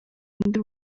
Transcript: undi